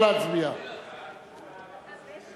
חוק חנייה לנכים (תיקון מס' 5),